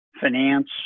finance